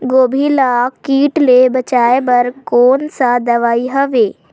गोभी ल कीट ले बचाय बर कोन सा दवाई हवे?